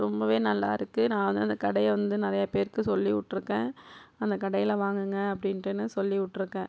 ரொம்ப நல்லாயிருக்கு நான் வந்து அந்த கடையை வந்து நிறையா பேருக்கு சொல்லிவிட்ருக்கேன் அந்த கடையில் வாங்குங்கள் அப்படின்ட்டுன்னு சொல்லிவிட்ருக்கேன்